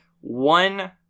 one